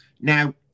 Now